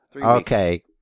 Okay